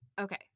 Okay